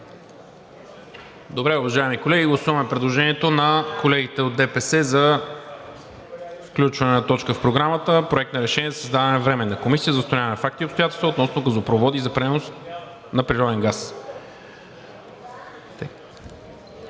Добре, уважаеми колеги, гласуваме предложението на колегите от ДПС за включване на точка в Програмата – Проект на решение за създаване на Временна комисия за установяване на факти и обстоятелства относно газопроводи за пренос на природен газ.